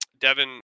Devin